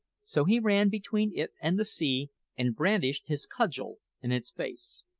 so he ran between it and the sea and brandished his cudgel in its face.